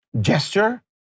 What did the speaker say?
gesture